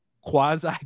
quasi